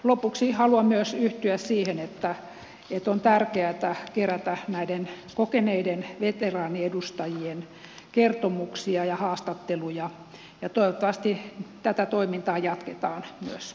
lopuksi haluan yhtyä siihen että on tärkeätä kerätä näiden kokeneiden veteraaniedustajien kertomuksia ja haastatteluja ja toivottavasti tätä toimintaa jatketaan myös